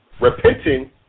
repenting